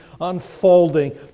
unfolding